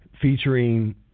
featuring